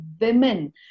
women